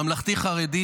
ממלכתי-חרדי,